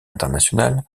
internationale